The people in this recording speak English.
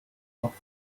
off